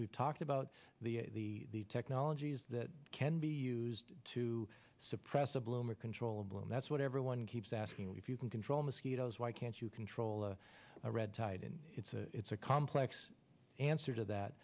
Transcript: talked about the technologies that can be used to suppress the bloom or controllable and that's what everyone keeps asking if you can control mosquitoes why can't you control a red tide and it's a it's a complex answer to that